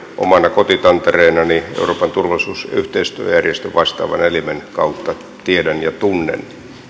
oman kotitantereeni euroopan turvallisuus ja yhteistyöjärjestön vastaavan elimen kautta tiedän ja tunnen